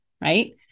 Right